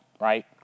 right